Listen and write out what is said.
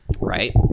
right